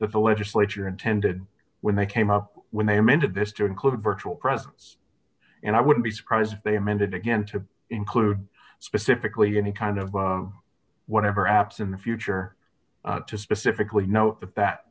that the legislature intended when they came up when they amended this to include virtual presence and i wouldn't be surprised if they amended again to include specifically any kind of whatever apps in the future to specifically know that that